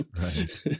right